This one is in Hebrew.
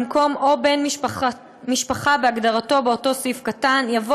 במקום "או בן-משפחה בהגדרתו באותו סעיף קטן" יבוא